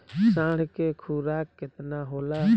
साँढ़ के खुराक केतना होला?